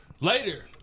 Later